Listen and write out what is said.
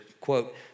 quote